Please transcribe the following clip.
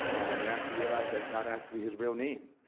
and actually realized that's not actually his real name.